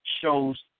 shows